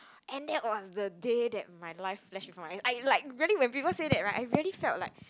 and that was the day that my life flashed before my eyes I like when people say that right I really felt like